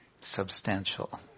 substantial